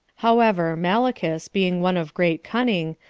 however, malichus, being one of great cunning,